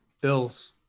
Bills